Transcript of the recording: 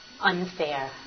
unfair